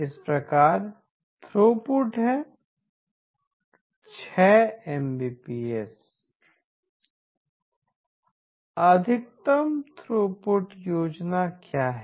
इस प्रकार थ्रूपुट है 481214s6 Mbps अधिकतम थ्रूपुट योजना क्या है